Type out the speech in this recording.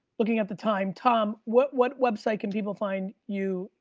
looking at the time, tom, what what website can people find you?